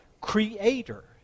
Creator